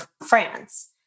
France